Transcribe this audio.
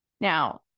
Now